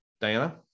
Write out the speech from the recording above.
Diana